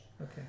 Okay